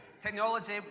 Technology